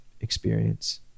experience